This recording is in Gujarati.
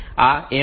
5 છે